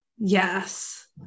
Yes